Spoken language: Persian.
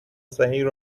صحیح